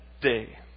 day